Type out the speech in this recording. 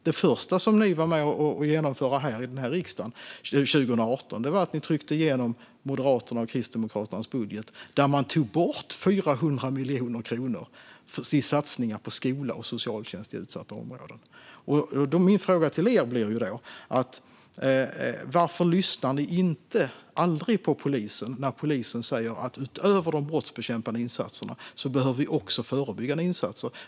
Det första som ni var med och genomförde här i riksdagen 2018 var att trycka igenom Moderaternas och Kristdemokraternas budget, där man tog bort 400 miljoner kronor som skulle gå till satsningar på skola och socialtjänst i utsatta områden. Mina frågor till er blir då: Varför lyssnar ni aldrig på polisen när polisen säger att vi utöver de brottsbekämpande insatserna även behöver förebyggande insatser?